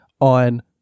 on